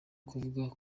kuvuga